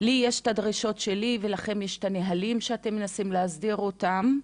לי יש את הדרישות שלי ולכם יש את הנהלים שלכם שאתם מנסים להסדיר אותם.